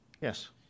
Yes